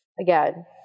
again